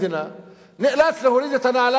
מאז כניסת שר התחבורה